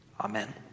Amen